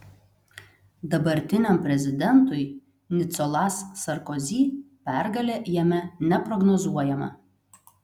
dabartiniam prezidentui nicolas sarkozy pergalė jame neprognozuojama